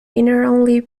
inherently